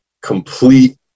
complete